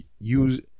Use